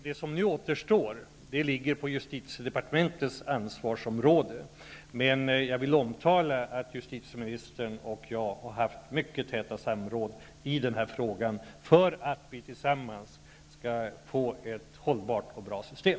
Det som nu återstår ligger på justitiedepartementets ansvarsområde. Justitieministern och jag har haft mycket täta samråd i denna fråga för att vi tillsammans skall få fram ett hållbart och bra system.